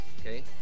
Okay